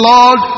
Lord